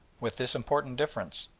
with this important difference,